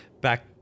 back